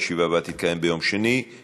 הישיבה הבאה תתקיים ביום שני,